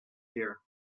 here